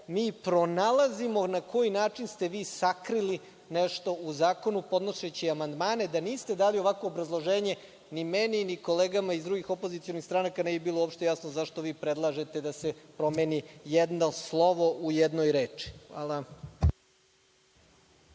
mi pronalazimo na koji način ste vi sakrili nešto u zakonu, podnoseći amandmane. Da niste dali ovakvo obrazloženje ni meni, ni kolegama iz drugih opozicionih stranaka, ne bi bilo uopšte jasno zašto vi predlažete da se promeni jedno slovo u jednoj reči. Hvala.